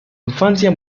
infancia